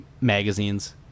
magazines